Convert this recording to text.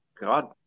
God